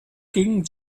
gingen